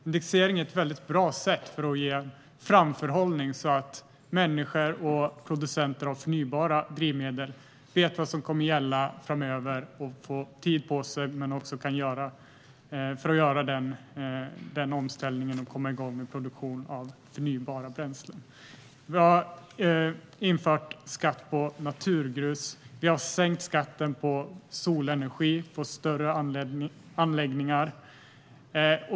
Indexering är ett mycket bra sätt för att skapa framförhållning, så att människor och producenter av förnybara drivmedel vet vad som kommer att gälla framöver och får tid på sig för att göra en omställning och komma igång med produktion av förnybara bränslen. Vi har infört skatt på naturgrus, och vi har sänkt skatten på solenergi på större anläggningar.